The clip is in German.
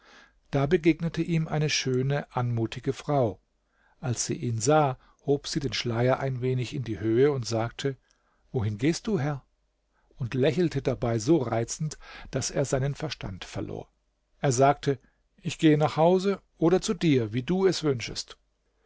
da begegnete ihm eine schöne anmutige frau als sie ihn sah hob sie den schleier ein wenig in die höhe und sagte wohin gehst du herr und lächelte dabei so reizend daß er seinen verstand verlor er sagte ich gehe nach hause oder zu dir wie du es wünschest